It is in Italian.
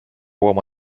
uomo